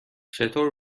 چطور